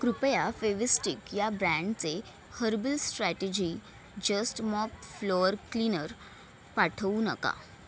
कृपया फेव्हिस्टिक या ब्रँडचे herbal strategy just mop floor cleaner पाठवू नका